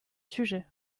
sujet